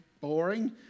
boring